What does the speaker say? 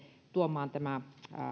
tuomaan tämä